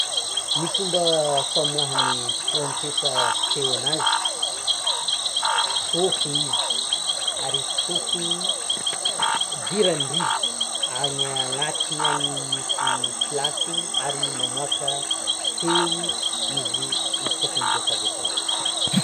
Ny fomba famoahan'ny trompetra feo anazy, tsôfina izy ary izy tsôfiny iny hidiran'ny rivotro; any anatiny any misy place-ny ary mamoaka feo izy, izy koa fa miboaka avy akao.